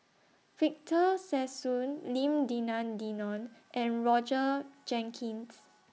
Victor Sassoon Lim Denan Denon and Roger Jenkins